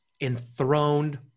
enthroned